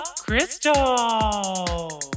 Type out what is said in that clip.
crystal